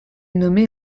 nommé